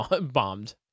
bombed